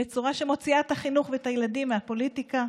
בצורה שמוציאה את החינוך ואת הילדים מהפוליטיקה,